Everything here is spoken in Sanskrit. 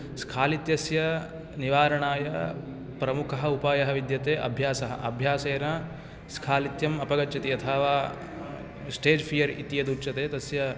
स्खालित्यस्य निवारणाय प्रमुखः उपायः विद्यते अभ्यासः अभ्यासेन स्खालित्यम् अपगच्छति यथा वा स्टेज् फियर् इति यदुच्यते तस्य